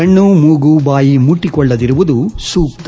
ಕಣ್ಣು ಮೂಗು ಬಾಯಿ ಮುಟ್ಟಕೊಳ್ಳದಿರುವುದು ಸೂಕ್ತ